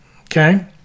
okay